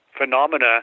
phenomena